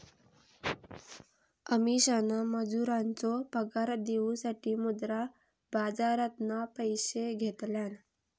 अमीषान मजुरांचो पगार देऊसाठी मुद्रा बाजारातना पैशे घेतल्यान